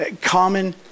Common